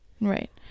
Right